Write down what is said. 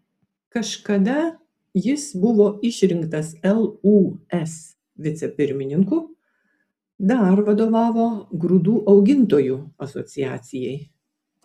kažkada jis buvo išrinktas lūs vicepirmininku dar vadovavo grūdų augintojų asociacijai